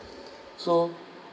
so